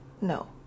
No